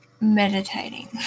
meditating